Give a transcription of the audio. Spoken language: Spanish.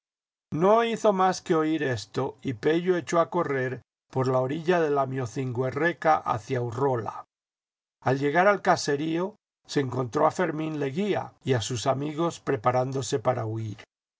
no hizo más que oír esto y pello echó a correr por la orilla de lamiocingoerreca hacia urrola al llegar al caserío se e ncontró a fermín leguía y a sus amigos preparándose para huir